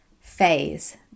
phase